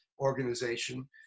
organization